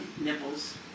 nipples